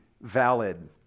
valid